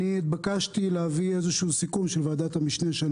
התבקשתי להביא סיכום של ועדת המשנה שאני